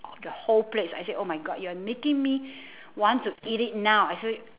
the whole plates I said oh my god you're making me want to eat it now I said